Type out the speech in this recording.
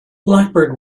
blackbird